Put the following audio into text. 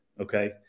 Okay